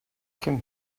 come